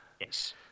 yes